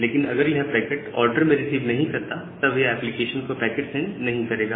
लेकिन अगर यह पैकेट ऑर्डर में रिसीव नहीं करता तब यह एप्लीकेशन को पैकेट सेंड नहीं करेगा